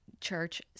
church